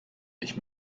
ich